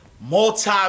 multi